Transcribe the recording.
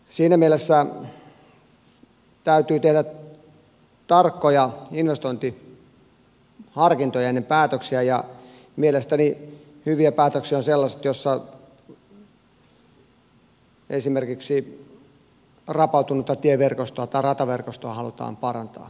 siinä mielessä täytyy tehdä tarkkoja investointiharkintoja ennen päätöksiä ja mielestäni hyviä päätöksiä ovat sellaiset joissa esimerkiksi rapautunutta tieverkostoa tai rataverkostoa halutaan parantaa